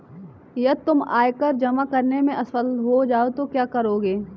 यदि तुम आयकर जमा करने में असफल हो जाओ तो क्या करोगे?